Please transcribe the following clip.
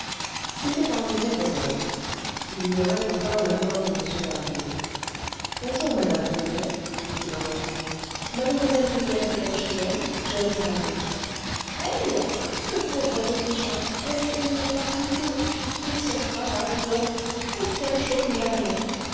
c'était en effet rodolphe il ignorait encore la mort de m d'harville bonjour madame pipelet dit-il en entrant mlle rigolette est-elle chez elle j'ai à lui parler elle ce pauvre petit chat est-ce qu'elle n'y est pas toujours et son travail donc est-ce qu'elle chôme jamais